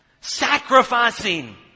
Sacrificing